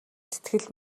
сэтгэл